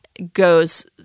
Goes